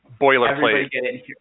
boilerplate